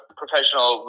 professional